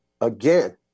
Again